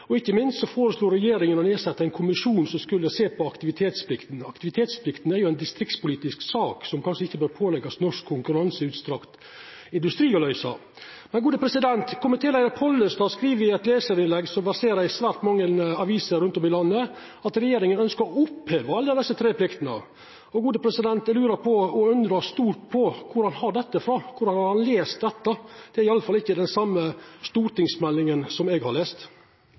Ikkje minst føreslo regjeringa å setja ned ein kommisjon som skulle sjå på aktivitetsplikta. Aktivitetsplikta er ei distriktspolitisk sak, som det kanskje ikkje bør påleggjast norsk konkurranseutsett industri å løysa. Komitéleiar Pollestad skriv i eit lesarinnlegg som verserer i svært mange aviser rundt om i landet, at regjeringa ønskjer å oppheva alle desse tre pliktene. Eg lurer på – og undrast stort på – kvar han har dette frå, kvar han har lese dette. Det er iallfall ikkje den same stortingsmeldinga som eg har